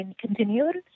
continued